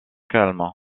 calme